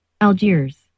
Algiers